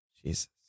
Jesus